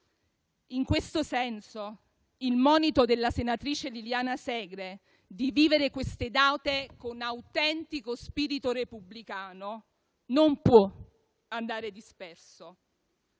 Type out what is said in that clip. In questo senso, il monito della senatrice Liliana Segre di vivere queste date con autentico spirito repubblicano non può andare disperso.